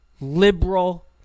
liberal